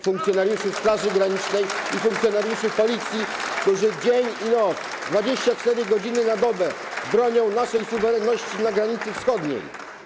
funkcjonariuszy Straży Granicznej i funkcjonariuszy Policji, którzy dzień i noc, 24 godziny na dobę bronią naszej suwerenności na granicy wschodniej.